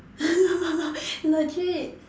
legit